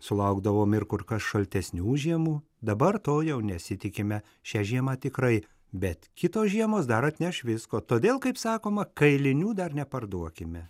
sulaukdavom ir kur kas šaltesnių žiemų dabar to jau nesitikime šią žiemą tikrai bet kitos žiemos dar atneš visko todėl kaip sakoma kailinių dar neparduokime